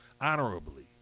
Honorably